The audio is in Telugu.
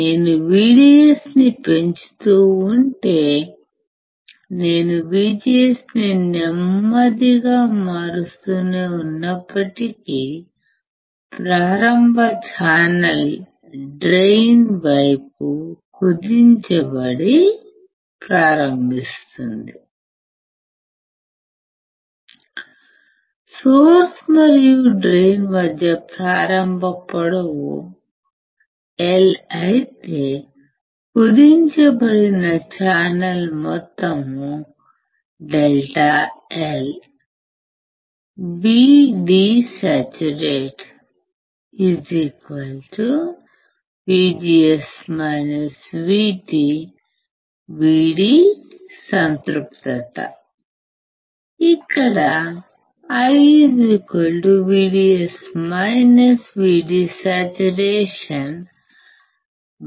నేను VDS ని పెంచుతూ ఉంటే నేను VGS ని నెమ్మదిగా మారుస్తూనే ఉన్నప్పటికీ ప్రారంభ ఛానల్ డ్రెయిన్ వైపు కుదించడం ప్రారంభిస్తుంది సోర్స్ మరియు డ్రైన్ మధ్య ప్రారంభ పొడవు Lఅయితే కుదించబడిన ఛానల్ మొత్తం ∆LVD saturation VGS VTVD సంతృప్తత ఇక్కడ I VDS VD saturation